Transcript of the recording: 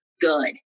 good